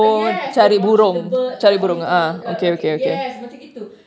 ah yes they are watching the birds the ornitho~ ah okay yes macam gitu